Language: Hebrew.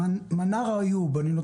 מי ייתן